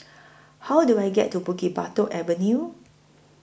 How Do I get to Bukit Batok Avenue